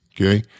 okay